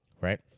Right